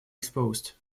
exposed